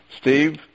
Steve